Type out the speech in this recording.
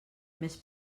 més